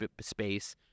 space